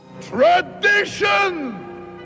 Tradition